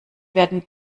werden